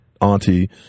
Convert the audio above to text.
auntie